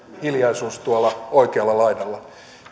hiljaisuus tuolla oikealla laidalla